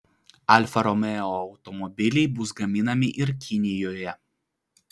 alfa romeo automobiliai bus gaminami ir kinijoje